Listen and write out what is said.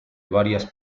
varias